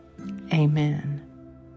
Amen